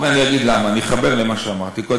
אורי, אגיד למה, אחבר למה שאמרתי קודם.